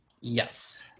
Yes